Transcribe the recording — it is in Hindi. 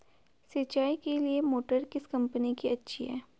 सिंचाई के लिए मोटर किस कंपनी की अच्छी है?